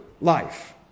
life